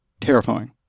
terrifying